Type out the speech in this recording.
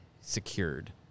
secured